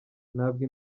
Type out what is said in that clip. ntabwo